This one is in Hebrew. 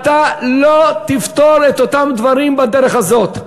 אתה לא תפתור את אותם דברים בדרך הזאת.